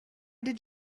did